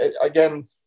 again